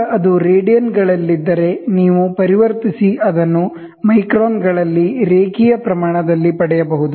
ಈಗ ಅದು ರೇಡಿಯನ್ಗಳಲ್ಲಿದ್ದರೆ ನೀವು ಪರಿವರ್ತಿಸಿ ಮತ್ತು ಅದನ್ನು ಮೈಕ್ರಾನ್ಗಳಲ್ಲಿ ರೇಖೀಯ ಪ್ರಮಾಣ ದಲ್ಲಿ ಪಡೆಯಬಹುದು